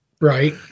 Right